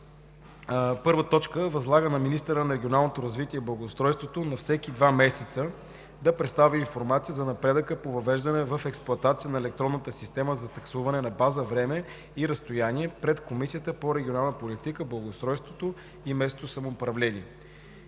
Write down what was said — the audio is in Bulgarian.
„РЕШЕНИЕ 1. Възлага на министъра на регионалното развитие и благоустройството на всеки два месеца да представи информация за напредъка по въвеждане в експлоатация на електронната система за таксуване на база време и разстояние пред Комисията по регионална политика, благоустройството и местното самоуправление.